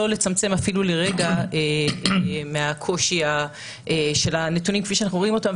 לא לצמצם אפילו לרגע מהקושי של הנתונים כפי שאנחנו רואים אותם,